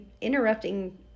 interrupting